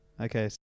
Okay